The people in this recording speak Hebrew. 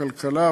ועדת הכלכלה,